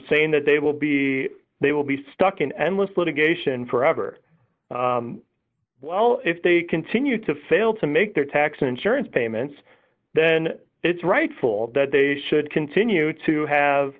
saying that they will be they will be stuck in endless litigation forever well if they continue to fail to make their tax insurance payments then it's rightful that they should continue to have